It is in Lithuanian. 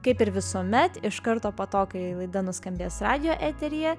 kaip ir visuomet iš karto po to kai laida nuskambės radijo eteryje